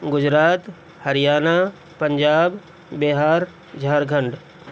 Gujarat Haryana Punjab Bihar Jharkhand